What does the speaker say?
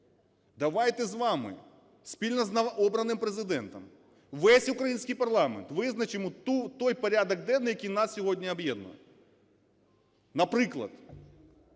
Давайте з вами, спільно з новообраним Президентом, весь український парламент визначимо той порядок денний, який нас сьогодні об'єднує. Наприклад,